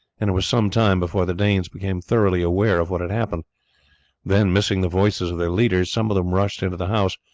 and it was some time before the danes became thoroughly aware of what had happened then missing the voices of their leaders, some of them rushed into the house,